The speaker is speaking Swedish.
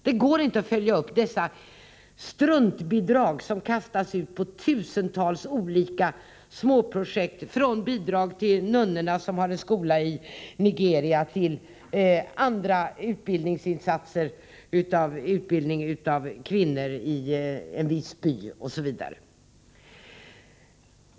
Det går inte att följa upp dessa struntbidrag som kastas ut på tusentals olika småprojekt — från bidrag till nunnorna som har en skola i Nigeria till insatser för utbildning av kvinnor i en viss by osv.